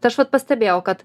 tai aš vat pastebėjau kad